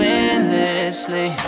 endlessly